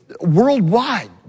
worldwide